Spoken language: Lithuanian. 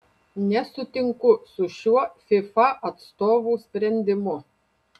nesutinku su šiuo fifa atstovų sprendimu